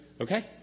okay